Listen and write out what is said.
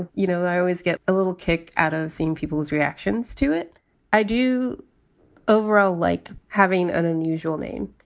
ah you know i always get like a little kick out of seeing people's reactions to it i do overall like having an unusual name.